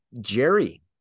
Jerry